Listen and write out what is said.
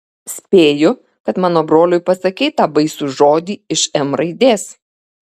spėju kad pasakei mano broliui tą baisų žodį iš m raidės